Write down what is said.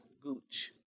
Gooch